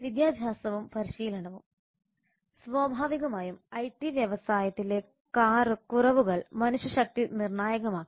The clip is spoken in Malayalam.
വിദ്യാഭ്യാസവും പരിശീലനവും സ്വാഭാവികമായും ഐടി വ്യവസായത്തിലെ കുറവുകൾ മനുഷ്യശക്തി നിർണായകമാക്കി